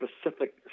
specific